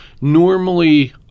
normally